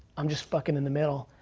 i'm just fucking in the middle.